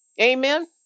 Amen